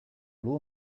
law